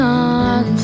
on